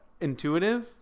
intuitive